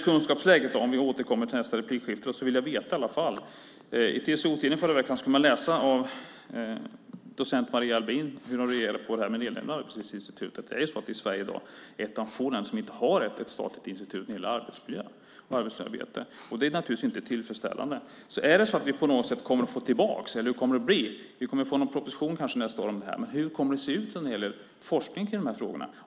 I TCO-tidningen förra veckan kunde man läsa hur docent Maria Albin reagerade på nedläggningen av Arbetslivsinstitutet. Sverige är i dag ett av de få länder som inte har ett statligt institut när det gäller arbetsmiljö och arbetsmiljöarbete. Det är naturligtvis inte tillfredsställande. Vi kanske får en proposition om detta nästa år. Men hur kommer det att se ut när det gäller forskning i de här frågorna?